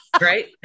right